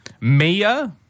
Mia